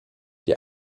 die